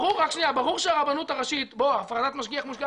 ברור שהרבנות הראשית הפרדה בין משגיח למושגח,